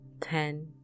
ten